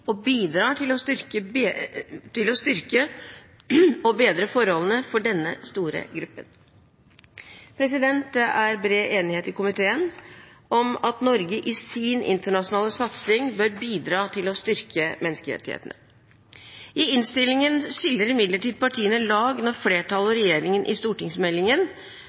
og bidrar til å styrke og bedre forholdene for denne store gruppen. Det er bred enighet i komiteen om at Norge i sin internasjonale satsing bør bidra til å styrke menneskerettighetene. I innstillingen skiller imidlertid partiene lag når flertallet og regjeringen i stortingsmeldingen